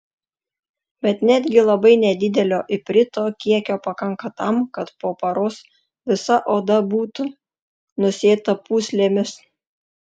bet netgi labai nedidelio iprito kiekio pakanka tam kad po paros visa oda būtų nusėta pūslėmis